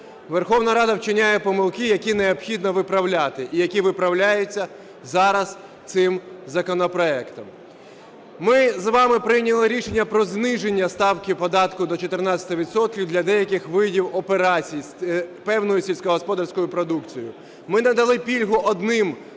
Верховна Рада вчиняє помилки, які необхідно виправляти і які виправляються зараз цим законопроектом. Ми з вами прийняли рішення про зниження ставки податку до 14 відсотків для деяких видів операцій з певною сільськогоподарською продукцією Ми надали пільгу одним